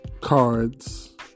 cards